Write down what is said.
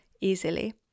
easily